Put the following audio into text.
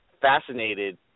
fascinated